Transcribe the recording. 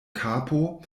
kapo